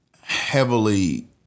heavily